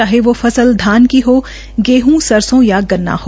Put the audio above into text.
चाहे वो फसल धान की हो गेहूं सरसो या गन्ना हो